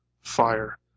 fire